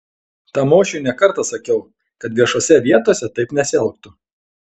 tamošiui ne kartą sakiau kad viešose vietose taip nesielgtų